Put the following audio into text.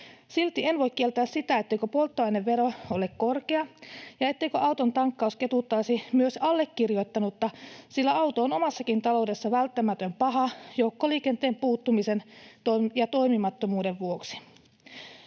Silti en voi kieltää sitä, etteikö polttoainevero ole korkea ja etteikö auton tankkaus ketuttaisi myös allekirjoittanutta, sillä auto on omassakin taloudessani välttämätön paha joukkoliikenteen puuttumisen ja toimimattomuuden vuoksi.